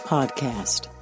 Podcast